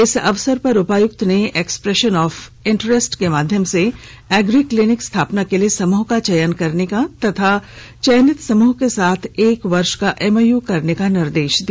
इस अवसर पर उपायुक्त ने एक्सप्रेशन ऑफ इंटरेस्ट के माध्यम से एग्री क्लिनिक स्थापना के लिए समूह का चयन करने का तथा चयनित समूह के साथ एक वर्ष का एमओयू करने का निर्देश दिया